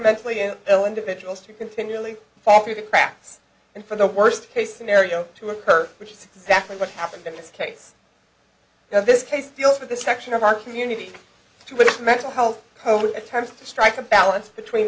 mentally ill individuals to continually fall through the cracks and for the worst case scenario to occur which is exactly what happened in this case this case deals with the section of our community to which the mental health code attempts to strike a balance between